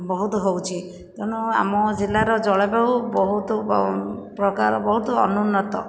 ବହୁତ ହେଉଛି ତେଣୁ ଆମ ଜିଲ୍ଲାର ଜଳବାୟୁ ବହୁତ ପ୍ରକାର ବହୁତ ଅନୁନ୍ନତ